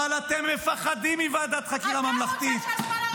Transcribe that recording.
פתאום ועדת חקירה ממלכתית היא לא טובה?